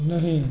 नहीं